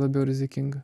labiau rizikinga